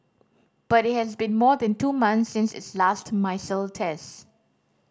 but it has been more than two months since its last missile test